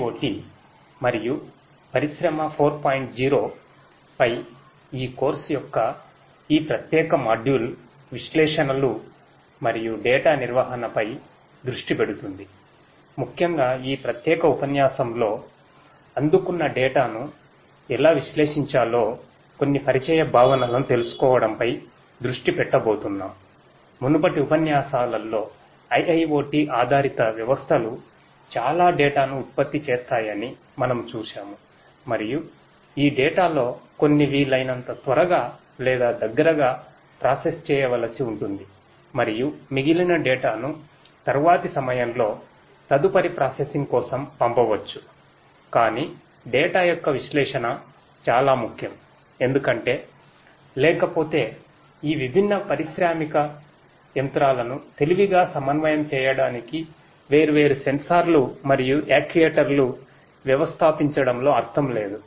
0 పై ఈ కోర్సు యొక్క విశ్లేషణ చాలా ముఖ్యం ఎందుకంటే లేకపోతే ఈ విభిన్న పారిశ్రామిక యంత్రాలను తెలివిగా సమన్వయం చేయడానికి వేర్వేరు సెన్సార్లు మరియు యాక్యుయేటర్లను వ్యవస్థాపించడంలో అర్థం లేదు